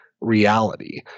reality